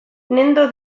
nendo